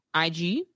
IG